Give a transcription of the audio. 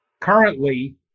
currently